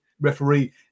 referee